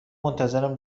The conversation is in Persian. منتظرم